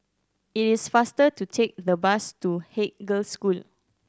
it is faster to take the bus to Haig Girls' School